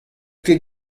ket